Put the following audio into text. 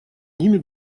ними